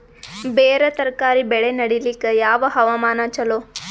ಬೇರ ತರಕಾರಿ ಬೆಳೆ ನಡಿಲಿಕ ಯಾವ ಹವಾಮಾನ ಚಲೋ?